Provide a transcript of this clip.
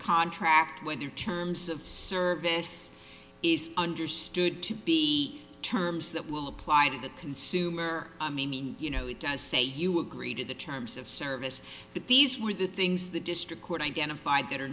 contract with their terms of service is understood to be terms that will apply to the consumer you know it does say you agree to the terms of service but these were the things the district court identified